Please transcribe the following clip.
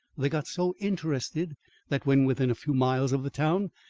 they got so interested that when within a few miles of the town,